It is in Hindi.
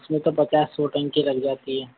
उसमें तो पचास सौ टन का लग जाता है